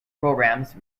programmes